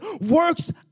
works